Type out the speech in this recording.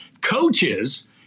coaches